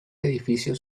edificio